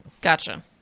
Gotcha